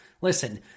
Listen